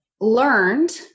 learned